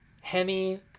Hemi